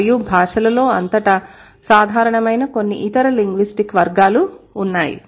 మరియు భాషలలోఅంతటా సాధారణమైన కొన్ని ఇతర లింగ్విస్టిక్ వర్గాలు ఉన్నాయి